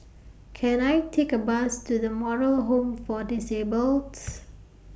Can I Take A Bus to The Moral Home For Disabled